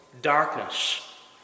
darkness